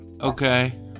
Okay